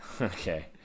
Okay